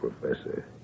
professor